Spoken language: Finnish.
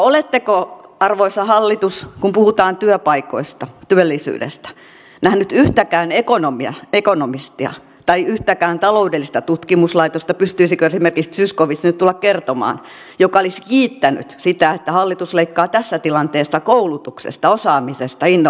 oletteko arvoisa hallitus kun puhutaan työpaikoista työllisyydestä nähneet yhtäkään ekonomistia tai yhtäkään taloudellista tutkimuslaitosta pystyisikö esimerkiksi zyskowicz nyt tulemaan kertomaan joka olisi kiittänyt sitä että hallitus leikkaa tässä tilanteessa koulutuksesta osaamisesta innovaatiosta